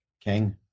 King